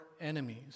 enemies